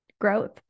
growth